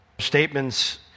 statements